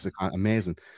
amazing